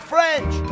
French